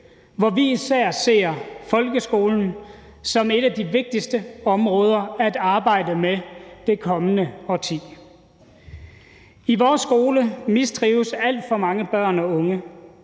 hvor vi især ser folkeskolen som et af de vigtigste områder at arbejde med det kommende årti. I vores skole mistrives alt for mange børn og unge.